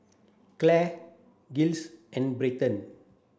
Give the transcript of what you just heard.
Clair Giles and Bryton